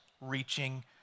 reaching